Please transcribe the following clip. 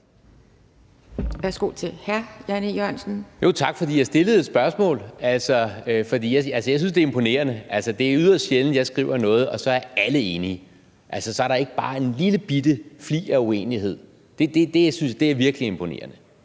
Tak, men jeg stillede et spørgsmål. Jeg synes, det er imponerende. Altså, det er yderst sjældent, at jeg skriver noget, og alle så er enige, og at der så ikke er bare en lillebitte flig af uenighed. Det er virkelig imponerende.